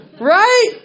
Right